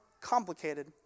complicated